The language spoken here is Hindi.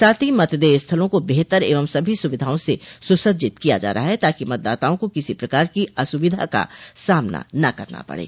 साथ ही मतदेय स्थलों को बेहतर एवं सभी सुविधाओं से सुसज्जित किया जा रहा है ताकि मतदाताओं को किसी प्रकार की असुविधा का सामना न करना पड़े